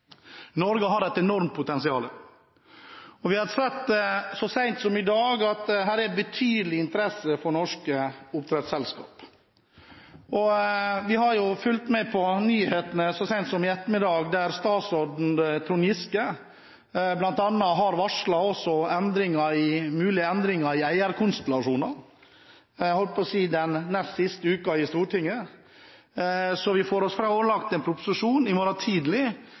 Norge har et enormt potensial, og vi har så sent som i dag sett at det er betydelig interesse for norske oppdrettsselskaper. Vi har fulgt med på nyhetene så sent som i ettermiddag, der statsråd Trond Giske bl.a. har varslet mulige endringer i eierkonstellasjoner – den nest siste uken i Stortinget. Så får vi oss forelagt en proposisjon i morgen tidlig,